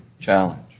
challenge